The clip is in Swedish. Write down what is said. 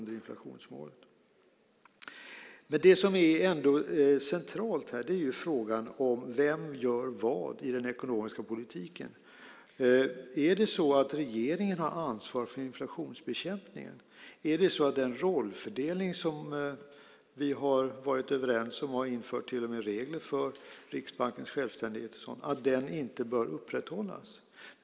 Det som är centralt här är ändå frågan vem som gör vad i den ekonomiska politiken. Är det regeringen som har ansvar för inflationsbekämpningen? Ska den rollfördelning som vi har varit överens om och till och med upprättat regler för - Riksbankens självständighet och så vidare - inte upprätthållas?